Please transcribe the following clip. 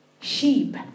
Sheep